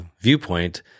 viewpoint